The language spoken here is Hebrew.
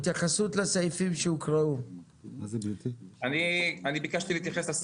תכף משרד הבריאות, אתם תתייחסו.